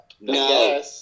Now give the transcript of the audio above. No